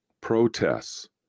Protests